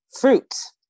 fruits